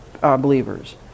believers